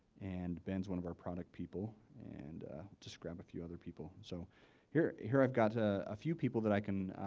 and ben's one of our product people and just grab a few other people. so here. here i've got ah a few people that i can,